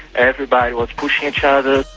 everybody was pushing each other.